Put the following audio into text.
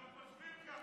אנחנו חושבים ככה.